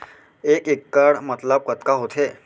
एक इक्कड़ मतलब कतका होथे?